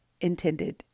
intended